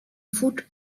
foot